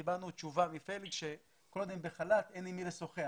קיבלנו תשובה שכל עוד הם בחל"ת אין עם מי לשוחח,